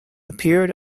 appeared